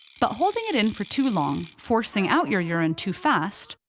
but holding it in for too long, forcing out your urine too fast,